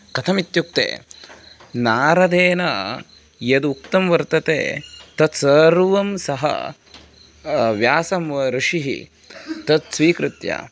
कथम् इत्युक्ते नारदेन यद् उक्तं वर्तते तत् सर्वं सः व्यास ऋषेः तद् स्वीकृत्य